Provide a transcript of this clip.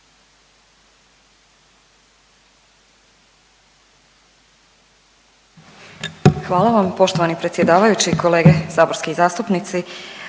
Hvala vam poštovani predsjedavajući. Kolege saborski zastupnici,